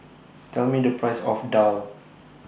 Tell Me The Price of Daal